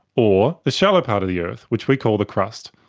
or the shallow part of the earth, which we call the crust.